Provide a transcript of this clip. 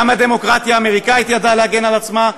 גם הדמוקרטיה האמריקנית ידעה להגן על עצמה,